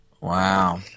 Wow